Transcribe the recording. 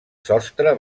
sostre